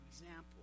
example